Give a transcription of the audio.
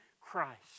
Christ